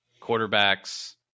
Quarterbacks